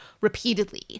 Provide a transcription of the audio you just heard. repeatedly